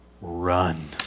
run